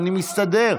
אני מסתדר.